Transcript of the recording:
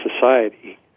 society